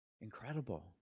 Incredible